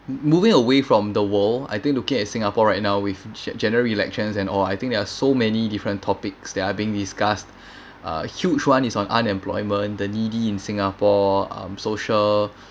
moving away from the world I think looking at singapore right now with sh~ general elections and all I think there are so many different topics that are being discussed uh huge one is on unemployment the needy in singapore um social